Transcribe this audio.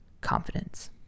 confidence